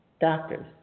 doctors